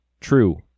true